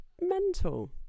mental